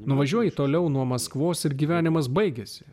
nuvažiuoji toliau nuo maskvos ir gyvenimas baigiasi